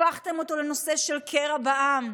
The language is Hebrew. הפכתם אותו לנושא של קרע בעם.